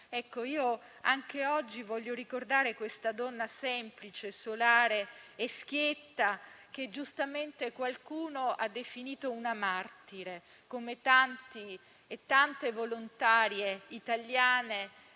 mondo. Anche oggi voglio ricordare questa donna semplice, solare e schietta, che giustamente qualcuno ha definito una martire, come tanti e tante volontarie italiane,